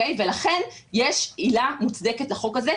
ולכן יש עילה מוצדקת לחוק הזה,